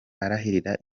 arahirira